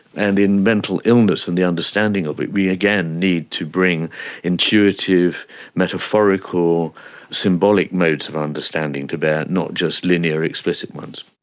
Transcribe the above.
and in mental illness and the understanding of it we again need to bring intuitive metaphorical symbolic modes of understanding to bear, not just linear explicit ones.